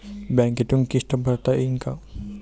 बँकेतून किस्त भरता येईन का?